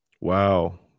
wow